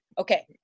Okay